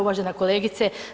Uvažena kolegice.